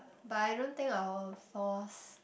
but I don't think I will force